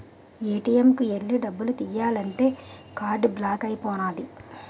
ATM కు ఎల్లి డబ్బు తియ్యాలంతే కార్డు బ్లాక్ అయిపోనాది